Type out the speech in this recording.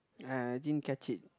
I I didn't catch it